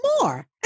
more